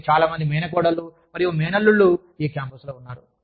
మరియు చాలా మంది మేనకోడళ్ళు మరియు మేనల్లుళ్ళు ఈ క్యాంపస్లో ఉన్నారు